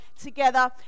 together